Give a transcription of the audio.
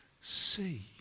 see